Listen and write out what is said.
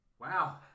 Wow